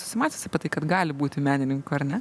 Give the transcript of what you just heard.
susimąstęs apie tai kad gali būti menininku ar ne